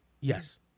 Yes